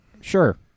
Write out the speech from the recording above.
sure